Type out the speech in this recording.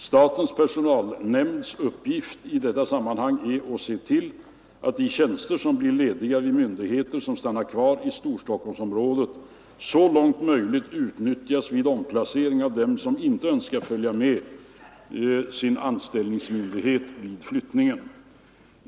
Statens personalnämnds uppgift i detta sammanhang är att se till att de tjänster som blir lediga vid myndigheter, som stannar kvar i Storstockholmsområdet, så långt möjligt utnyttjas vid omplacering av dem som inte önskar följa med sin anställningsmyndighet vid flyttningen.